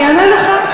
אני אענה לך,